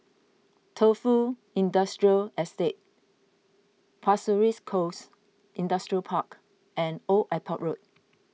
Tofu Industrial Estate Pasir Ris Coast Industrial Park and Old Airport Road